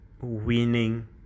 winning